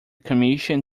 commission